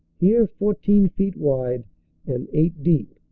here fourteen feet wide and eight deep.